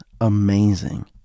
amazing